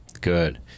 Good